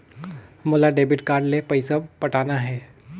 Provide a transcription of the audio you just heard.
मोला debit card ले पइसा पटाना हे?